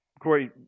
Corey